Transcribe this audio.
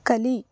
ಕಲಿ